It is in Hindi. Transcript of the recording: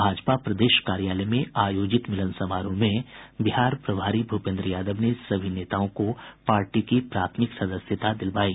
भाजपा प्रदेश कार्यालय में आयोजित मिलन समारोह में बिहार प्रभारी भूपेन्द्र यादव ने सभी नेताओं को पार्टी की प्राथमिक सदस्यता दिलवायी